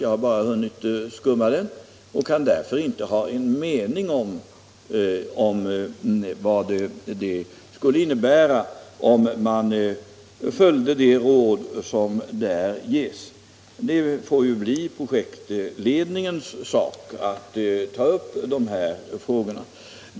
Jag har bara hunnit skumma den och kan därför inte ha en mening om vad det skulle innebära om man följde de råd som där ges. Det får bli projektledningens sak att ta upp de frågorna.